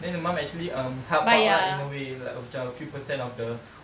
then her mum actually um help out lah in a way like macam a few percent of the